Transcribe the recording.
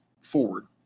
forward